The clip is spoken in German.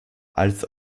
als